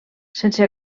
sense